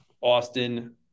Austin